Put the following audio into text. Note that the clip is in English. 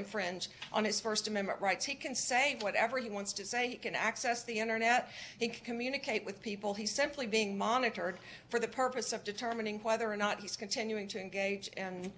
infringe on his st amendment rights he can say whatever he wants to say you can access the internet i think communicate with people he simply being monitored for the purpose of determining whether or not he's continuing to engage and